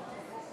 לא חובה.